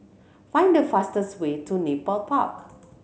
find the fastest way to Nepal Park